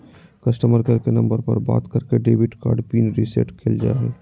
customer care के number पर बात करके डेबिट कार्ड पिन रीसेट करल जा हय